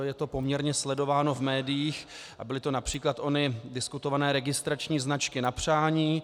Je to poměrně sledováno v médiích a byly to například ony diskutované registrační značky na přání.